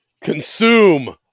Consume